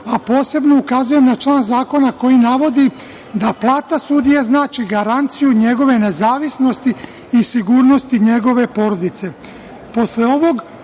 a posebno ukazujem na član zakona koji navodi da plata sudije znači garanciju njegove nezavisnosti i sigurnosti njegove porodice. Pored